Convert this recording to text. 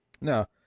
no